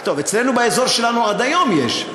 אצלנו, באזור שלנו, עד היום יש.